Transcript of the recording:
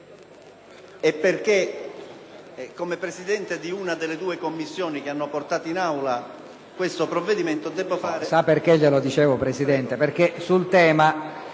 e perche´, come Presidente di una delle due Commissioni che hanno portato in Aula questo provvedimento… PRESIDENTE.